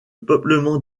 peuplement